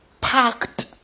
packed